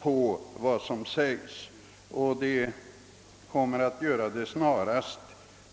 Och om kommittén alltså kommer att med det snaraste